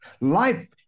life